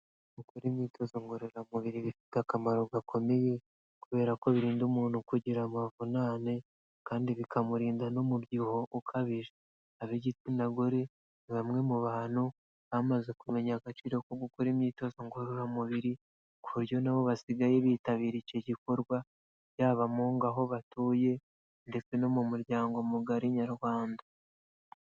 Gukora imyitozo ngororamubiri bifite akamaro gakomeye, kubera ko birinda umuntu kugira amavunane; kandi bikamurinda n'umubyibuho ukabije. Ab'igitsina gore ni bamwe mu bantu bamaze kumenya agaciro ko gukora imyitozo ngororamubiri, ku buryo na bo basigaye bitabira icy'igikorwa; yaba mungo aho batuye, ndetse no mu muryango mugari nyarwanda.